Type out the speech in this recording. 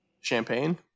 Champagne